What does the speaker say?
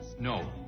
No